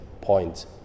point